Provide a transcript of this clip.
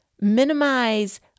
Minimize